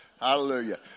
hallelujah